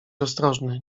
ostrożny